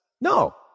No